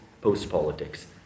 post-politics